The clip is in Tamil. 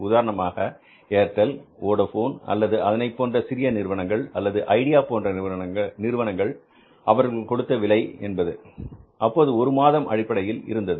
உதாரணமாக ஏர்டெல் வோடாபோன் அல்லது அதனைப் போன்ற சிறிய நிறுவனங்கள் அல்லது ஐடியா போன்ற நிறுவனங்கள் அவர்கள் கொடுத்த விலை என்பது அப்போது ஒரு மாதம் அடிப்படையில் இருந்தது